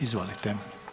Izvolite.